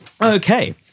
okay